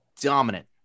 dominant